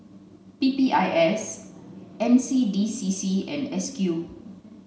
P P I S N C D C C and S Q